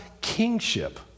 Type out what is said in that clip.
kingship